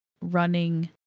running